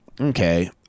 okay